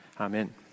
Amen